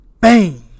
bang